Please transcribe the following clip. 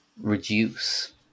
reduce